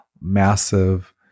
massive